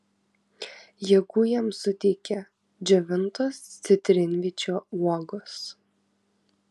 jėgų jiems suteikia džiovintos citrinvyčio uogos